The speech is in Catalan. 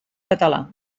català